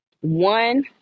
one